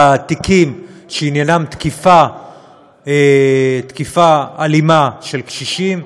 בתיקים שעניינם תקיפה אלימה של קשישים,